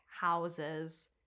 houses